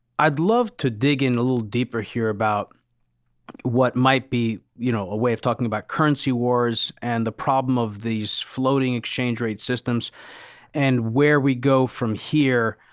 i'd love to dig in a little deeper here about what might be you know a way of talking about currency wars and the problem of these floating exchange rate systems and where we go from here.